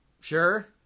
sure